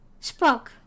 Spock